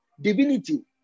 divinity